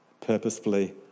purposefully